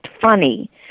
funny